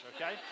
okay